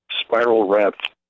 spiral-wrapped